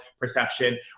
perception